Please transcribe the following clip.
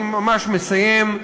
אני ממש מסיים.